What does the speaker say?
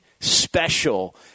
special